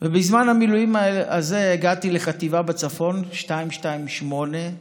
ובזמן המילואים הגעתי לחטיבה בצפון, 228,